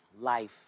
life